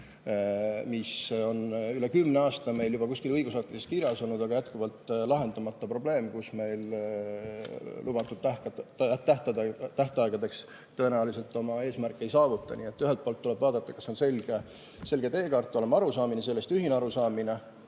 mis on üle kümne aasta meil juba kuskil õigusaktides kirjas olnud, aga jätkuvalt lahendamata probleem, kus me lubatud tähtaegadeks tõenäoliselt oma eesmärki ei saavuta. Nii et ühelt poolt tuleb vaadata, kas on olemas selge teekaart, ühine arusaamine sellest, selge rakendamine,